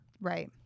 Right